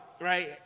right